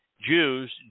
Jews